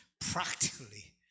practically